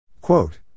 Quote